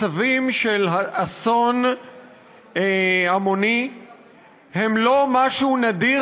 מצבים של אסון המוני הם לא משהו נדיר